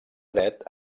dret